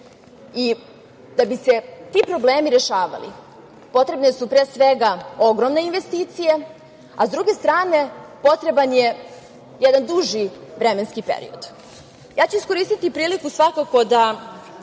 Da bi se ti problemi rešavali, potrebne su pre svega ogromne investicije, a s druge strane potreban je jedan duži vremenski period. Ja ću iskoristiti priliku da